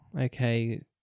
okay